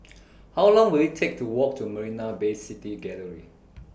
How Long Will IT Take to Walk to Marina Bay City Gallery